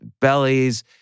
bellies